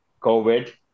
covid